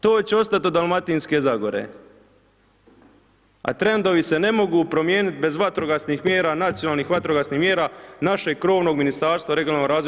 To će ostati od Dalmatinske Zagore, a trendovi se ne mogu promijeniti bez vatrogasnih mjera, nacionalnih vatrogasnih mjera našeg krovnog Ministarstva regionalnog razvoja.